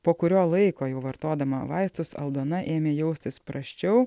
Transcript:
po kurio laiko jau vartodama vaistus aldona ėmė jaustis prasčiau